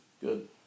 Good